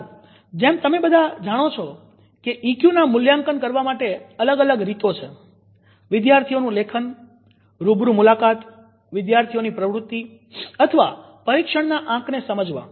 સારું જેમ તમે બધા જાણો છો કે ઈક્યુ નું મૂલ્યાંકન કરવા માટે અલગ અલગ રીતો છે વિદ્યાર્થીઓનું લેખન રૂબરૂ મુલાકાત વિદ્યાર્થીઓની પ્રવૃત્તિ અથવા પરીક્ષણના આંકને સમજવા